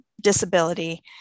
disability